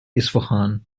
isfahan